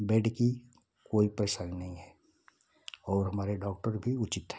bed की कोई परेशानी नहीं है और हमारे डॉक्टर भी उचित हैं